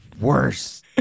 worse